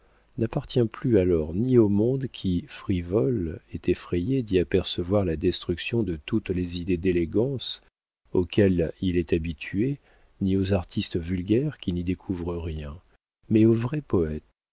n'appartient plus alors ni au monde qui frivole est effrayé d'y apercevoir la destruction de toutes les idées d'élégance auxquelles il est habitué ni aux artistes vulgaires qui n'y découvrent rien mais aux vrais poètes